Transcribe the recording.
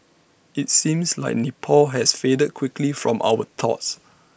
IT seems like Nepal has faded quickly from our thoughts